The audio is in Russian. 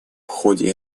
ходе